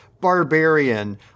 barbarian